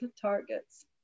targets